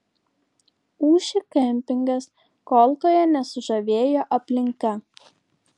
ūši kempingas kolkoje nesužavėjo aplinka